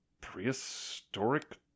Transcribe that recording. prehistoric